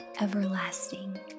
everlasting